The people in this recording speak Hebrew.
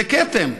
זה כתם.